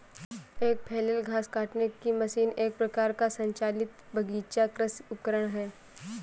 एक फ्लैल घास काटने की मशीन एक प्रकार का संचालित बगीचा कृषि उपकरण है